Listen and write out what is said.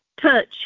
Touch